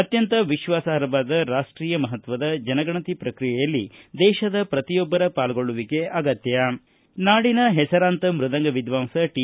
ಅತ್ಯಂತ ವಿಶ್ವಾಸಾರ್ಹವಾದ ರಾಷ್ಷೀಯ ಮಹತ್ವದ ಜನಗಣತಿ ಪ್ರಕ್ರಿಯೆಯಲ್ಲಿ ದೇಶದ ಪ್ರತಿಯೊಬ್ಬರ ಪಾಲ್ಗೊಳ್ಳುವಿಕೆ ಅಗತ್ಯ ನಾಡಿನ ಹೆಸರಾಂತ ಮೃದಂಗ ವಿದ್ವಾಂಸ ಟಿ